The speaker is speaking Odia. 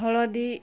ହଳଦୀ